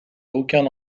aucun